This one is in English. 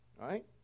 right